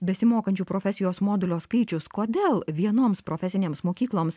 besimokančių profesijos modulio skaičius kodėl vienoms profesinėms mokykloms